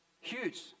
Huge